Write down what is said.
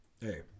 Hey